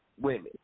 women